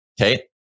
Okay